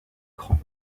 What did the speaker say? cran